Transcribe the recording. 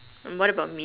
hmm what about me